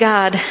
God